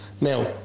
now